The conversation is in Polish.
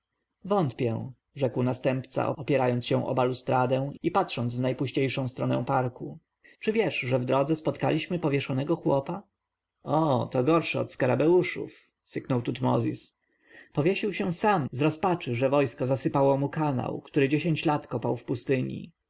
wątpię rzekł następca opierając się o balustradę i patrząc w najpuściejszą stronę parku czy wiesz że w drodze spotkaliśmy powieszonego chłopa o to gorsze od skarabeuszów syknął tutmozis powiesił się sam z rozpaczy że wojsko zasypało mu kanał który dziesięć lat kopał w pustyni